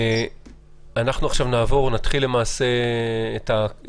אם עוד מישהו רוצה להתייחס, בבקשה.